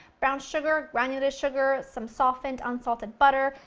brown sugar, granulated sugar, some softened unsalted butter,